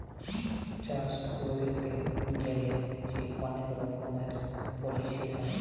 চাষ ক্যইরতে গ্যালে যে অলেক রকমের পলিছি হ্যয়